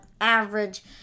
average